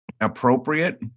appropriate